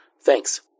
Thanks